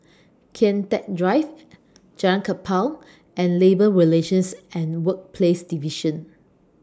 Kian Teck Drive Jalan Kapal and Labour Relations and Workplaces Division